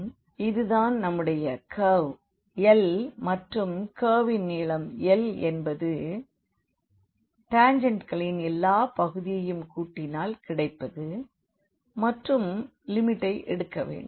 எனவே இது தான் நம்முடைய கர்வ் l மற்றும் கர்வின் நீளம் l என்பது டாஞ்செண்ட்களின் எல்லா பகுதியையும் கூட்டினால் கிடைப்பது மற்றும் லிமிட்டை எடுக்க வேண்டும்